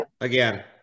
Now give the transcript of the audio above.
again